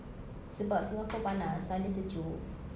sebab singapore panas sana sejuk